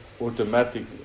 automatically